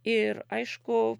ir aišku